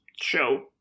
show